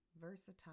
versatile